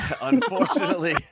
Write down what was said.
Unfortunately